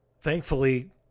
Thankfully